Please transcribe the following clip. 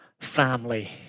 family